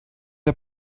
der